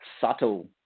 subtle